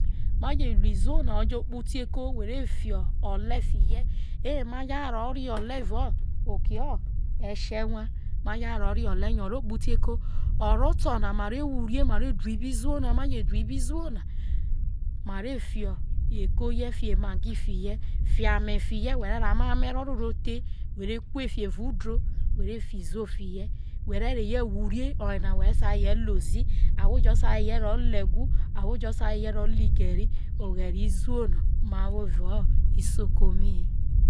ma je ru izo na ojo okpu teko who re fi o̱le̱ fihe o̱ye ma je hai ro̱ re o̱le̱ evae oke awha yo̱ o̱ ro̱ otnu te ko oto na ma re uwere ma ve fi eko hie ma ve fi ema gi he̱ ma ve fi ame roro he ve uwere o̱yena wo sa reho lo̱, ozi who sar reho lo̱ igari ahwo jo sai rehe lo egu oghere izo no ma wo eva isoko ma rie.